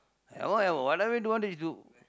havoc whatever you don't want then you do